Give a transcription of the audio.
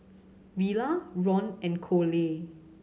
Villa Ron and Coley